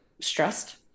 stressed